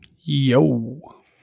Yo